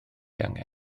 angen